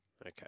Okay